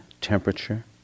temperature